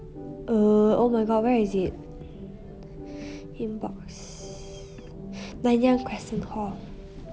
err oh my god where is it inbox nanyang crescent hall